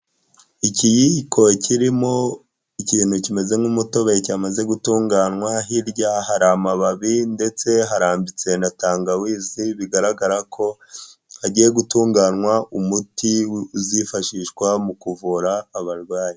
Ikiyiko kirimo ikintu kimeze nk'umutobe cyamaze gutunganywa, hirya hari amababi ndetse harambitse na tangawizi, bigaragara ko hagiye gutunganywa umuti uzifashishwa mu kuvura abarwayi.